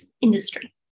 industry